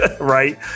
Right